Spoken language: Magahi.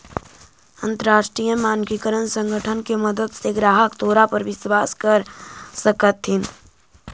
अंतरराष्ट्रीय मानकीकरण संगठन के मदद से ग्राहक तोरा पर विश्वास कर सकतथीन